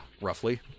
roughly